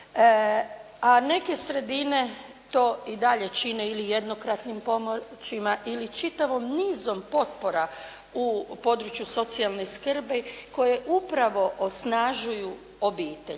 a neke sredine to i dalje čine ili jednokratnim pomoćima ili čitavim nizom potpora u području socijalne skrbi koje upravo osnažuju obitelj.